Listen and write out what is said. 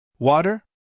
Water